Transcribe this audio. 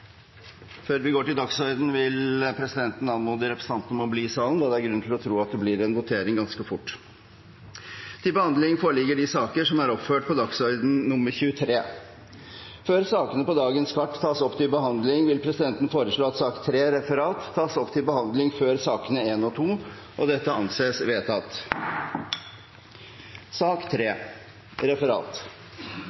Før vi går til dagsordenen, vil presidenten anmode representantene om å bli i salen, da det er grunn til å tro at det blir en votering ganske fort. Før sakene på dagens kart tas opp til behandling, vil presidenten foreslå at sak nr. 3, Referat, tas opp til behandling før sakene nr. 1 og 2. – Det anses vedtatt.